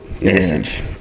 Message